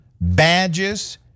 badges